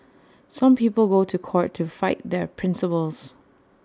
some people go to court to fight their principles